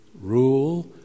rule